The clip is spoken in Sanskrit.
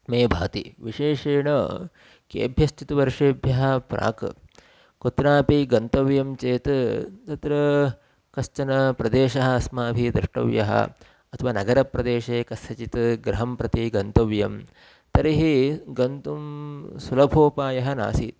मे भाति विशेषेण केभ्यश्चित् वर्षेभ्यः प्राक् कुत्रापि गन्तव्यं चेत् तत्र कश्चन प्रदेशः अस्माभिः द्रष्टव्यः अथवा नगरप्रदेशे कस्यचित् गृहं प्रति गन्तव्यं तर्हि गन्तुं सुलभोपायः नासीत्